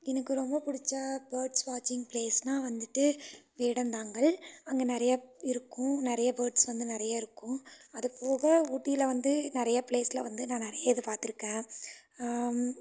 எனக்கும் ரொம்ப பிடிச்ச பேர்ட்ஸ் வாட்ச்சிங் ப்ளேஸ்னால் வந்துட்டு வேடந்தாங்கல் அங்கே நிறைய இருக்கும் நிறைய பேர்ட்ஸ் வந்து நிறைய இருக்கும் அது போக ஊட்டியில வந்து நிறைய ப்ளேஸ்ல வந்து நான் நிறைய இது பார்த்துருக்கேன் ஆம்